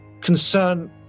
concern